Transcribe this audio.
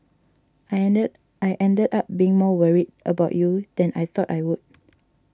I ended I ended up being more worried about you than I thought I would